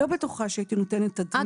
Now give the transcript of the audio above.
לא בטוחה שהייתי נותנת תדמית.